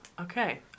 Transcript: Okay